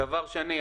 דבר שני,